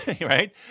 right